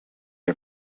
are